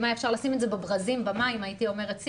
אם היה אפשר לשים את זה בברזים במים הייתי אומרת שימו,